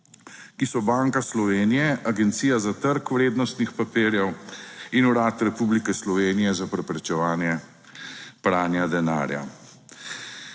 ki so Banka Slovenije, Agencija za trg vrednostnih papirjev in Urad Republike Slovenije za preprečevanje pranja denarja.